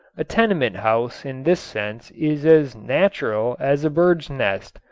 a tenement house in this sense is as natural as a bird's nest,